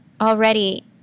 already